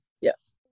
Yes